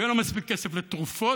ויהיה לו מספיק כסף לתרופות